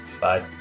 Bye